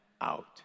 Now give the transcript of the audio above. out